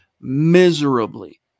miserably